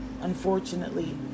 unfortunately